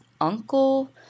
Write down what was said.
uncle